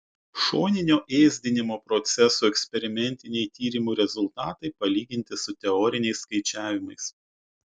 šoninio ėsdinimo procesų eksperimentiniai tyrimų rezultatai palyginti su teoriniais skaičiavimais